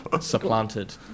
supplanted